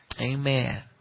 amen